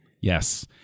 Yes